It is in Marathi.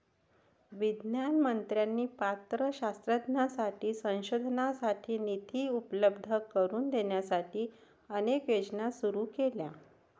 विज्ञान मंत्र्यांनी पात्र शास्त्रज्ञांसाठी संशोधनासाठी निधी उपलब्ध करून देण्यासाठी अनेक योजना सुरू केल्या